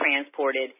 transported